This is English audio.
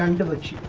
um village